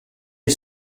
est